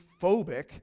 phobic